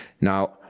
Now